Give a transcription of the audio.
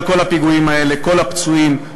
היא הייתה צריכה לשמוע את כל מה שהוא מקריא פה,